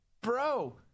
bro